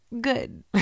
good